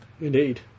Indeed